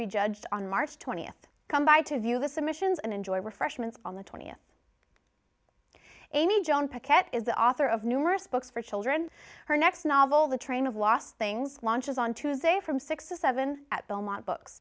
be judged on march twentieth come by to view the submissions and enjoy refreshments on the twentieth amy john is the author of numerous books for children her next novel the train of lost things launches on tuesday from six to seven at belmont books